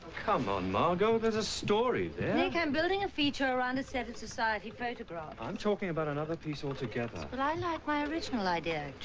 come on margo there's a story there. nick i'm building a feature around a set of society photographs. i'm talking about another piece all together. but i like my original idea.